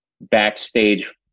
backstage